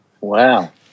Wow